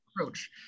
approach